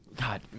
God